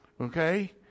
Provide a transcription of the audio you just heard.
Okay